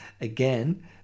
again